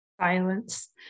Silence